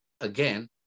again